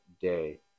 day